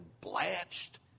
blanched